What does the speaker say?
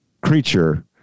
creature